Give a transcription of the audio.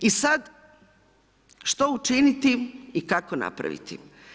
I sada što učiniti i kako napraviti?